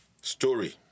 story